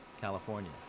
California